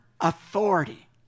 authority